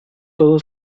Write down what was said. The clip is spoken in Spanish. todo